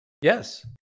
Yes